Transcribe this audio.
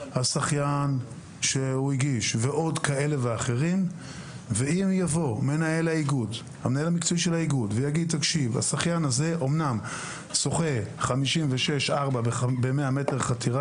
אם יבוא מנהל האיגוד ויגיד שהשחיין שוחה 56.4 ב-100 מטר חתירה